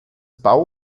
bau